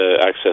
access